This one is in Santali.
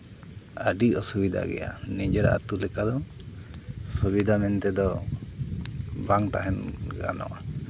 ᱟᱹᱰᱤ ᱚᱥᱩᱵᱤᱫᱟ ᱜᱮᱭᱟ ᱱᱤᱡᱮᱨᱟᱜ ᱟᱛᱳ ᱞᱮᱠᱟ ᱫᱚ ᱥᱩᱵᱤᱫᱟ ᱢᱮᱱᱛᱮᱫᱚ ᱵᱟᱝ ᱛᱟᱦᱮᱱ ᱜᱟᱱᱚᱜ ᱛᱟᱢᱟ